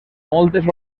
moltes